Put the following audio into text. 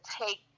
take